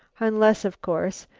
unless, of course,